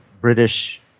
British